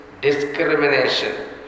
discrimination